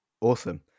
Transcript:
Awesome